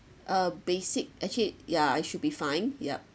uh basic actually ya it should be fine yup